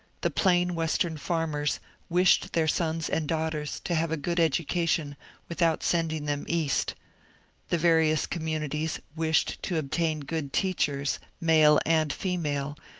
the plain western farmers wished their sons and daughters to have a good education without sending them east the various communities wished to obtain good teachers, male and female,